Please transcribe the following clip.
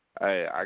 Hey